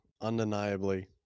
undeniably